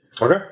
Okay